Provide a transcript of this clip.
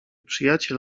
przyjaciel